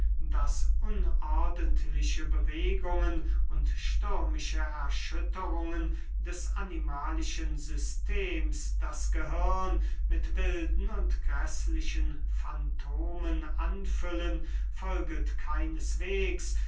daß unordentliche bewegungen und stürmische erschütterungen des animalischen systems das gehirn mit wilden und gräßlichen fantomen anfüllen folget keineswegs